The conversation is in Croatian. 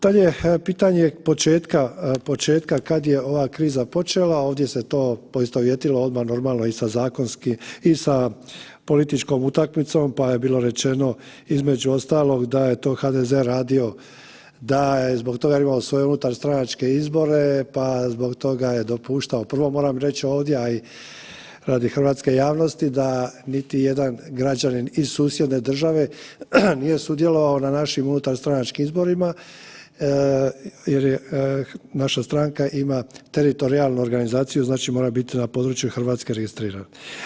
Dalje, pitanje početka kad je ova kriza počela, ovdje se to poistovjetilo odmah, naravno i sa zakonskim i sa političkom utakmicom pa je bilo rečeno između ostalog, da je to HDZ radio, da je zbog toga imao svoje unutarstranačke izbore pa zbog toga je dopuštao, prvo moram reći ovdje, ali i radi hrvatske javnosti, da niti jedan građanin iz susjedne države nije sudjelovao na našim unutarstranačkim izborima jer je naša stranka ima teritorijalnu organizaciju, znači mora biti na području Hrvatske registrirana.